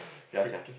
ya sia